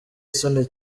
isoni